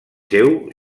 seu